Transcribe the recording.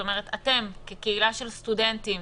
כלומר אתם כקהילה של סטודנטים,